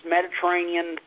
Mediterranean